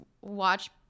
watch